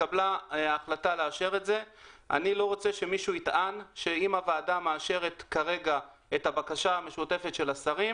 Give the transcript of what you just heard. אני לא רוצה שמישהו יטען שאם הוועדה מאשרת את הבקשה המשותפת של השרים,